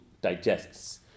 digests